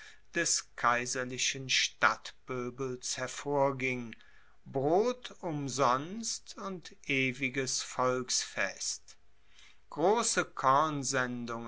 des kaiserlichen stadtpoebels hervorging brot umsonst und ewiges volksfest grosse